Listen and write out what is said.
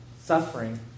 Suffering